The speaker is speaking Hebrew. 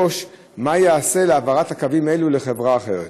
3. מה ייעשה להעברת קווים אלו לחברה אחרת?